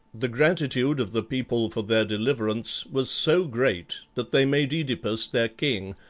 the gratitude of the people for their deliverance was so great that they made oedipus their king,